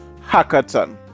Hackathon